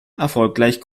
erfolgreich